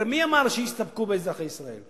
הרי מי אמר שיסתפקו באזרחי ישראל?